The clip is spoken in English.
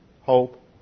hope